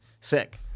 sick